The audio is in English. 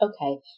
Okay